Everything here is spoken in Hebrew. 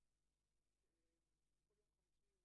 לפני או-טו-טו שלוש שנים בפיגוע טרור באלון שבות,